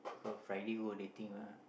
so Friday go dating ah